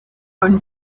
own